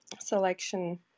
selection